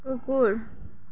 কুকুৰ